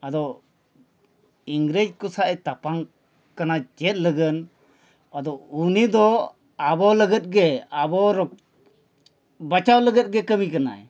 ᱟᱫᱚ ᱤᱝᱨᱮᱡᱽ ᱠᱚ ᱥᱟᱶ ᱮ ᱛᱟᱯᱟᱢ ᱠᱟᱱᱟ ᱪᱮᱫ ᱞᱟᱹᱜᱤᱫ ᱟᱫᱚ ᱩᱱᱤ ᱫᱚ ᱟᱵᱚ ᱞᱟᱹᱜᱤᱫ ᱜᱮ ᱟᱵᱚ ᱨᱚᱠ ᱵᱟᱧᱪᱟᱣ ᱞᱟᱹᱜᱤᱫ ᱜᱮ ᱠᱟᱹᱢᱤ ᱠᱟᱱᱟᱭ